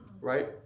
Right